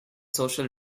social